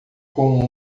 com